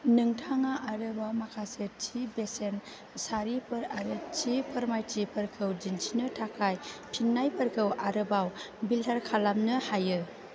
नोंथाङा आरोबाव माखासे थि बेसेन सारिफोर आरो थि फोरमायथिफोरखौ दिन्थिनो थाखाय फिन्नायफोरखौ आरोबाव बिल्टार खालामनो हायो